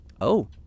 Oh